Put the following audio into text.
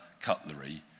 cutlery